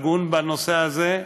הגון בנושא הזה.